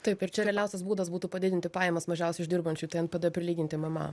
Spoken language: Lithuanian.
taip ir čia realiausias būdas būtų padidinti pajamas mažiausiai uždirbančių tai npd prilyginti mma